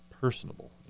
personable